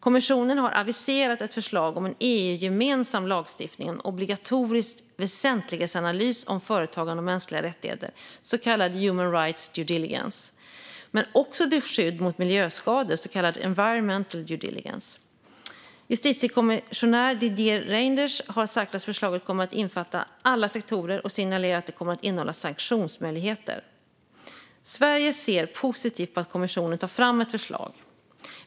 Kommissionen har aviserat ett förslag om en EU-gemensam lagstiftning om obligatorisk väsentlighetsanalys om företagande och mänskliga rättigheter, så kallad human rights due diligence, men också till skydd mot miljöskador, så kallad environmental due diligence. Justitiekommissionär Didier Reynders har sagt att förslaget kommer att omfatta alla sektorer och signalerat att det kommer att innehålla sanktionsmöjligheter. Sverige ser positivt på att kommissionen tar fram ett förslag.